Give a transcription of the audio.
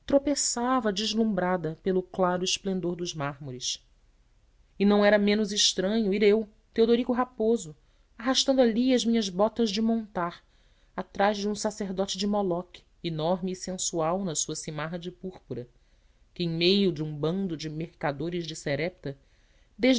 tropeçava deslumbrada pelo claro esplendor dos mármores e não era menos estranho ir eu teodorico raposo arrastando ali as minhas botas de montar atrás de um sacerdote de moloque enorme e sensual na sua samarra de púrpura que em meio de um bando de mercadores de serepta